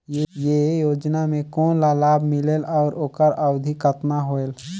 ये योजना मे कोन ला लाभ मिलेल और ओकर अवधी कतना होएल